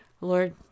Lord